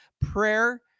prayer